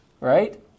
Right